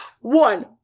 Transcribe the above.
One